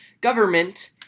government